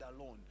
alone